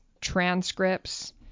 transcripts